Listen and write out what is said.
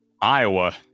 Iowa